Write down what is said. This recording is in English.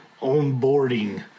onboarding